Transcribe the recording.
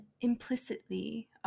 implicitly